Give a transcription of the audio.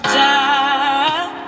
die